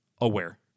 aware